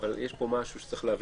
אבל יש כאן משהו שצריך להבין.